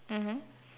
mmhmm